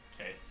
Okay